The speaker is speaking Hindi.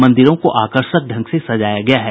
मंदिरों को आकर्षक ढंग से सजाया गया है